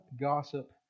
gossip